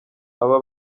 aba